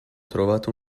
trovato